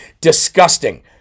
disgusting